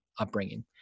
upbringing